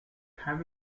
have